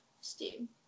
Steam